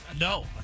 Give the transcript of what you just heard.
No